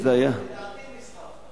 לדעתי נסחפת.